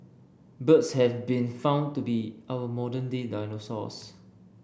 birds have been found to be our modern day dinosaurs